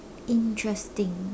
interesting